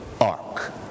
ark